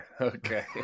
Okay